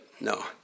No